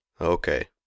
Okay